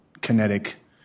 kinetic